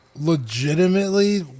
legitimately